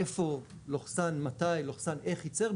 איפה/מתי/איך ייצר?